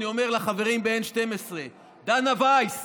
אני אומר לחברים ב-12N: דנה ויס,